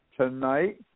tonight